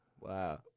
Wow